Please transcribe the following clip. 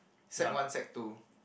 sec one sec two